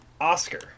Oscar